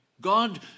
god